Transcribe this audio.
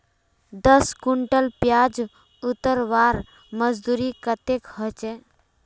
दस कुंटल प्याज उतरवार मजदूरी कतेक होचए?